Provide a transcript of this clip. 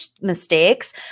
mistakes